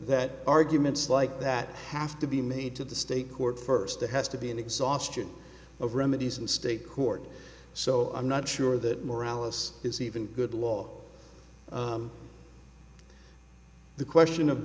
that arguments like that have to be made to the state court first it has to be in exhaustion of remedies in state court so i'm not sure that morales is even good law the question of